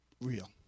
real